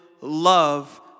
love